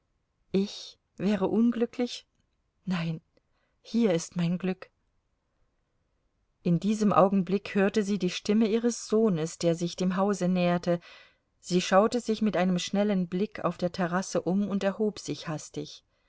ich wäre unglücklich nein hier ist mein glück in diesem augenblick hörte sie die stimme ihres sohnes der sich dem hause näherte sie schaute sich mit einem schnellen blicke auf der terrasse um und erhob sich hastig